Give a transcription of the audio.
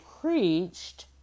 preached